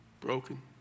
broken